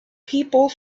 people